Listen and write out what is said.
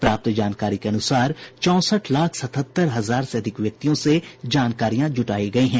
प्राप्त जानकारी के अनुसार चौंसठ लाख सतहत्तर हजार से अधिक व्यक्तियों से जानकारियां जुटाई गयी हैं